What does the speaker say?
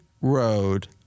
road